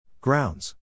Grounds